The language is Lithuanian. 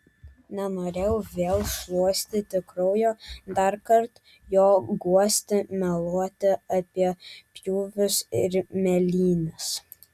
nenorėjau vėl šluostyti kraujo darkart jo guosti meluoti apie pjūvius ir mėlynes